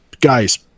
guys